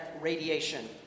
radiation